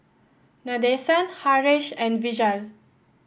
Nadesan Haresh and Vishal